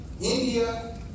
India